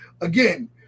again